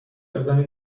اقدامی